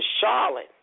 Charlotte